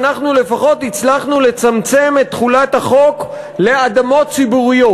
אנחנו לפחות הצלחנו לצמצם את תחולת החוק לאדמות ציבוריות.